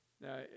Now